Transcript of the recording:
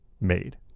made